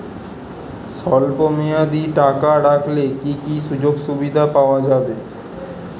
স্বল্পমেয়াদী টাকা রাখলে কি কি সুযোগ সুবিধা পাওয়া যাবে?